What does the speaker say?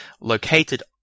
located